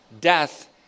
death